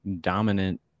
dominant